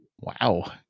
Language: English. Wow